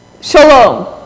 shalom